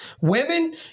women